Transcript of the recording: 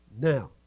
now